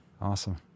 Awesome